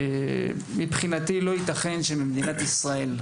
לא יתכן שמדינת ישראל,